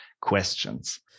questions